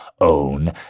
own